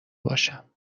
باشم